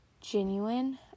genuine